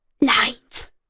lines